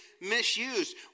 misused